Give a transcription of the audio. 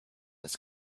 his